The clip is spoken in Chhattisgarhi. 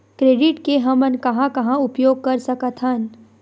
क्रेडिट के हमन कहां कहा उपयोग कर सकत हन?